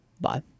Bye